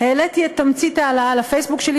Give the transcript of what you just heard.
העליתי את תמצית ההצעה לפייסבוק שלי